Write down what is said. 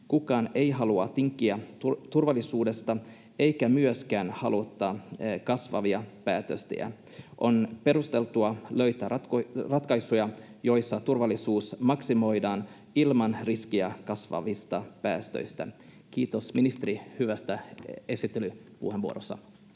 Kukaan ei halua tinkiä turvallisuudesta eikä myöskään halua ottaa kasvavia päästöjä. On perusteltua löytää ratkaisuja, joissa turvallisuus maksimoidaan ilman riskiä kasvavista päästöistä. Kiitos, ministeri, hyvästä esittelypuheenvuorosta.